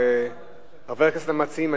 אני מבין שחבר הכנסת הרצוג מסתפק בדברי